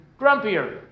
Grumpier